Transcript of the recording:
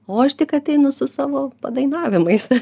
o aš tik ateinu su savo padainavimais